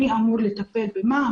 מי אמור לטפל במה,